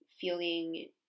feeling